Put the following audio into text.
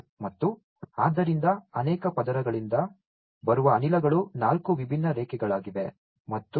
ಮತ್ತು ಆದ್ದರಿಂದ ಅನೇಕ ಪದರಗಳಿಂದ ಬರುವ ಅನಿಲಗಳು ನಾಲ್ಕು ವಿಭಿನ್ನ ರೇಖೆಗಳಾಗಿವೆ